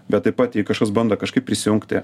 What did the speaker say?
bet taip pat jei kažkas bando kažkaip prisijungti